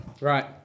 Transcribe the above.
right